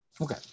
okay